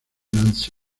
nancy